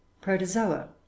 protozoa